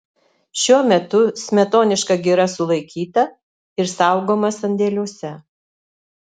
šiuo metu smetoniška gira sulaikyta ir saugoma sandėliuose